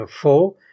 four